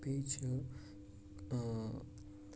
بیٚیہِ چھِ